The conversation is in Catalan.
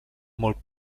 molt